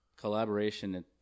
collaboration